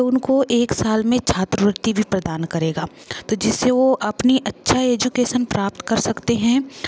तो उनको एक साल मे छात्रवृत्ति भी प्रदान करेंगे तो जिस से वो अपनी अच्छी एजुकेशन प्राप्त कर सकते हैं